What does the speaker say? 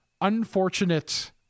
unfortunate